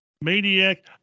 Maniac